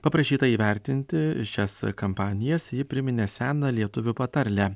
paprašyta įvertinti šias kampanijas ji priminė seną lietuvių patarlę